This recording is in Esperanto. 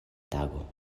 tago